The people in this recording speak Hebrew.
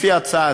לפי ההצעה,